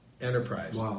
enterprise